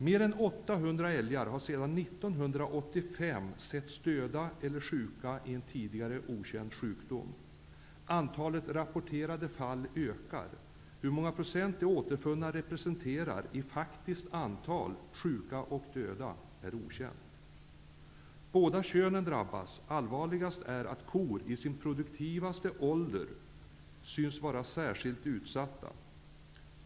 Mer än 800 älgar har sedan 1985 setts döda eller sjuka i en tidigare okänd sjukdom. Antalet rapporterade fall ökar. Hur många procent de återfunna djuren representerar av faktiskt antal sjuka och döda är okänt. Båda könen drabbas. Allvarligast är att kor i sin produktivaste ålder syns vara särskilt utsatta.